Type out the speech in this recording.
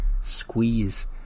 Squeeze